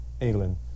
England